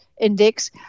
index